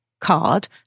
card